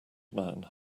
man